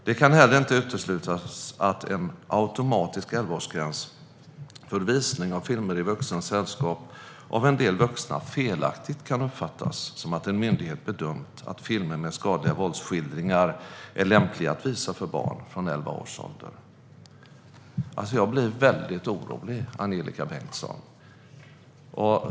Det kan inte heller uteslutas att en automatisk 11-årsgräns för visning av filmer i vuxens sällskap av en del vuxna felaktigt kan uppfattas som att en myndighet bedömt att filmer med skadliga våldsskildringar är lämpliga att visa för barn från 11-års ålder." Jag blir väldigt orolig, Angelika Bengtsson.